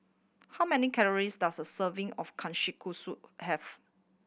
how many calories does a serving of Kushikatsu have